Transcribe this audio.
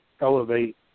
elevate